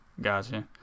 Gotcha